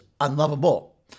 unlovable